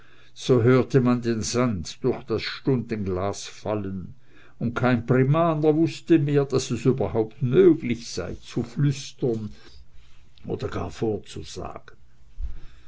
so hörte man den sand durch das stundenglas fallen und kein primaner wußte mehr daß es überhaupt möglich sei zu flüstern oder gar vorzusagen